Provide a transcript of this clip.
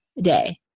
day